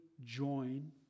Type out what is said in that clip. join